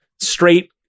straight